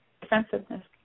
defensiveness